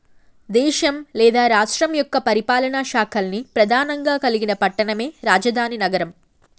దేశం లేదా రాష్ట్రం యొక్క పరిపాలనా శాఖల్ని ప్రెధానంగా కలిగిన పట్టణమే రాజధాని నగరం